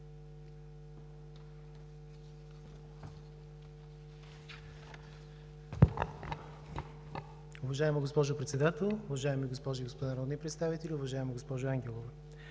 Уважаема госпожо Председател, уважаеми госпожи и господа народни представители! Уважаема госпожо Ангелова,